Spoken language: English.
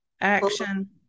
action